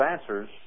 answers